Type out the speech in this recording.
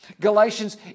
Galatians